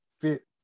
fit